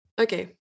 okay